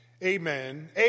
Amen